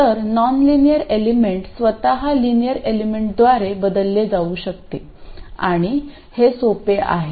तर nonlinear element स्वतः linear एलिमेंटद्वारे बदलले जाऊ शकते आणि हे सोपे आहे